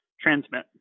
transmit